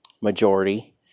majority